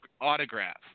autograph